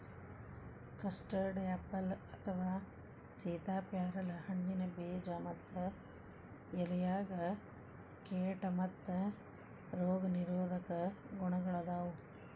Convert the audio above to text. custard apple ಅಥವಾ ಸೇತಾಪ್ಯಾರಲ ಹಣ್ಣಿನ ಬೇಜ ಮತ್ತ ಎಲೆಯಾಗ ಕೇಟಾ ಮತ್ತ ರೋಗ ನಿರೋಧಕ ಗುಣಗಳಾದಾವು